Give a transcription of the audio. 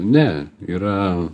ne yra